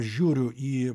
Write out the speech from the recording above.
žiūriu į